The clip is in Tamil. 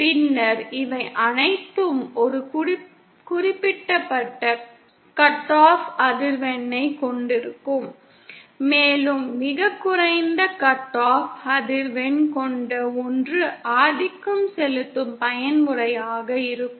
பின்னர் இவை அனைத்தும் ஒரு குறிப்பிட்ட கட் ஆஃப் அதிர்வெண்ணைக் கொண்டிருக்கும் மேலும் மிகக் குறைந்த கட் ஆஃப் அதிர்வெண் கொண்ட ஒன்று ஆதிக்கம் செலுத்தும் பயன்முறையாக இருக்கும்